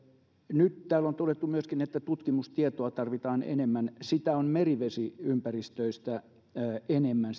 nyt täällä on todettu että myöskin tutkimustietoa tarvitaan enemmän sitä tietoa on merivesiympäristöistä enemmän